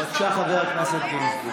בבקשה, חבר הכנסת גינזבורג.